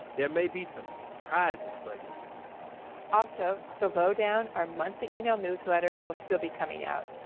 there may be some surprises for you also, the low down, our monthly email newsletter will still be coming out.